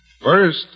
First